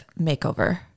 makeover